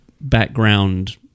background